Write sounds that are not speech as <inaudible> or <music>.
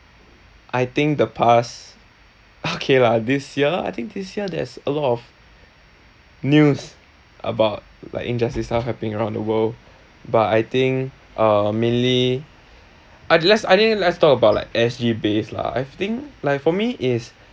I think the past <laughs> okay lah this year I think this year there's a lot of news about like injustice stuff happening around the world but I think uh mainly I realise let's talk about like S_G based lah I think like for me is